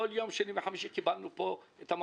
בכל יום שני וחמישי פגשנו פה את אנשי